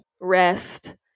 rest